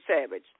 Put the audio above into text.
Savage